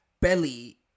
belly